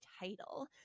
title